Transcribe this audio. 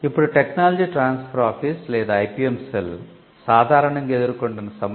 ఇప్పుడు technology transfer office